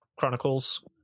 chronicles